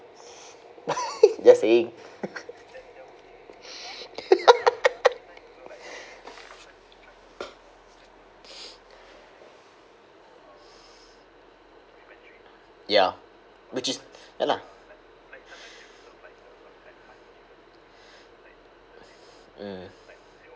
just saying ya which is ya lah mm